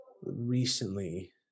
Recently